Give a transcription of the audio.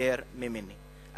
ממני את הממצאים.